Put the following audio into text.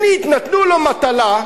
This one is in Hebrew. שנית, נתנו לו מטלה,